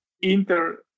Inter